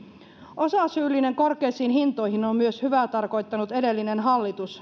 osasyyllinen korkeisiin hintoihin on myös hyvää tarkoittanut edellinen hallitus